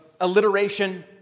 alliteration